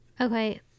okay